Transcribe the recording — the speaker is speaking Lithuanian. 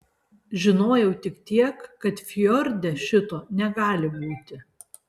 žinojau tik tiek kad fjorde šito negali būti